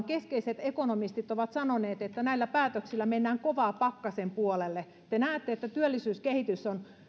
keskeiset ekonomistit ovat sanoneet että näillä päätöksillä mennään kovaa pakkasen puolelle te näette että työllisyyskehitys on